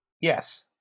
Yes